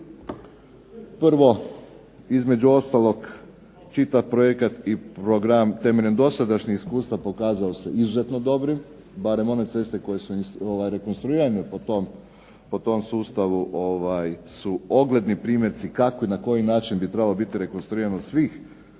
Prvo, između ostalog čitav projekt i program temeljem dosadašnjeg iskustva pokazao se izuzetno dobrim barem one ceste koje su rekonstruirane po tom sustavu su ogledni primjerci kako i na koji način bi trebalo biti rekonstruirano svih